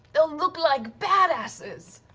they'll look like badasses!